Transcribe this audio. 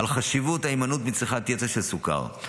על חשיבות ההימנעות מצריכת יתר של סוכר.